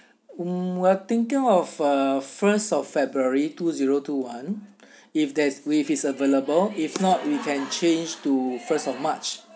um we're thinking of uh first of february two zero two one if there's if is available if not we can change to first of march